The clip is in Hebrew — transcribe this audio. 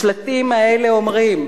השלטים האלה אומרים: